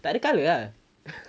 tak ada colour ah